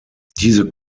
diese